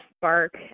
spark